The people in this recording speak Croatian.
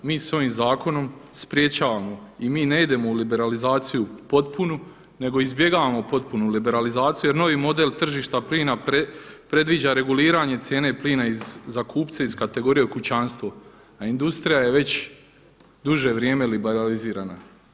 Mi sa ovim zakonom sprječavamo i mi ne idemo u liberalizaciju potpunu, nego izbjegavamo potpunu liberalizaciju jer novi model tržišta plina predviđa reguliranje cijene plina za kupce iz kategorije kućanstvo, a industrija je već duže vrijeme liberalizirana.